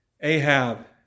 Ahab